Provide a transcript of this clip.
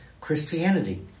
Christianity